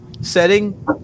setting –